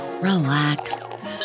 relax